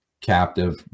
captive